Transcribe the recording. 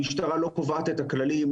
המשטרה לא קובעת את הכללים,